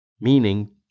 meaning